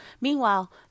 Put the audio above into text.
meanwhile